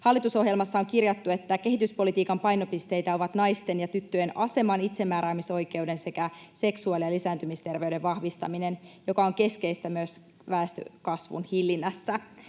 Hallitusohjelmassa on kirjattu, että kehityspolitiikan painopisteitä ovat naisten ja tyttöjen aseman, itsemääräämisoikeuden sekä seksuaali- ja lisääntymisterveyden vahvistaminen, joka on keskeistä myös väestönkasvun hillinnässä.